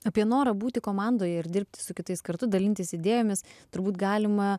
apie norą būti komandoje ir dirbti su kitais kartu dalintis idėjomis turbūt galima